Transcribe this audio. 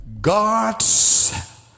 God's